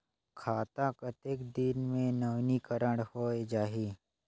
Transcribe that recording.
खाता कतेक दिन मे नवीनीकरण होए जाहि??